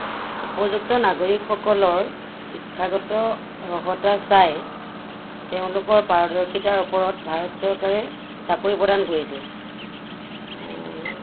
উপযুক্ত নাগৰীকসকলৰ শিক্ষাগত অৰ্হতা চাই তেওঁলোকৰ পাৰদৰ্শিতাৰ ওপৰত ভাৰত চৰকাৰে চাকৰি প্ৰদান কৰিছে